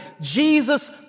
Jesus